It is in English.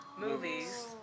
movies